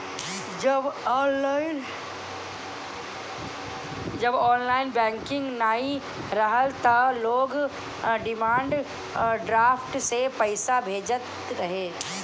जब online banking नाइ रहल तअ लोग डिमांड ड्राफ्ट से पईसा भेजत रहे